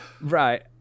Right